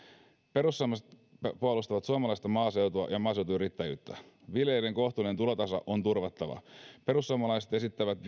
perussuomalaiset puolustavat suomalaista maaseutua ja maaseutuyrittäjyyttä viljelijöiden kohtuullinen tulotaso on turvattava perussuomalaiset esittävät